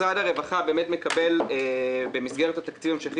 משרד הרווחה מקבל במסגרת התקציב ההמשכי